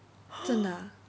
真的